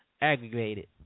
aggregated